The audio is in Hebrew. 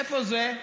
איפה זה?